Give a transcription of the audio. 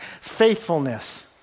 faithfulness